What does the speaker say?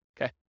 Okay